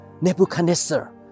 Nebuchadnezzar